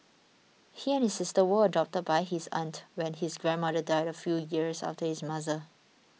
he and his sister were adopted by his aunt when his grandmother died a few years after his mother